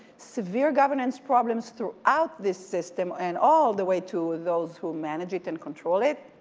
severe governance problems throughout this system and all the way to those who manage it and control it,